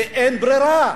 כי אין ברירה.